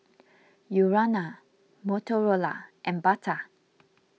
Urana Motorola and Bata